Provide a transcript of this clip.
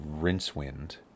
Rincewind